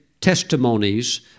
testimonies